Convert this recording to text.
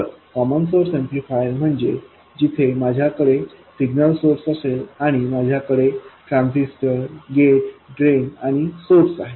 common source amplifier म्हणजे जिथे माझ्याकडे सिग्नल सोर्स असेल आणि माझ्याकडे ट्रान्झिस्टर गेट ड्रेन आणि सोर्स आहेत